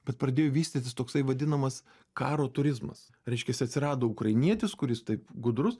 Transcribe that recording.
bet pradėjo vystytis toksai vadinamas karo turizmas reiškiasi atsirado ukrainietis kuris taip gudrus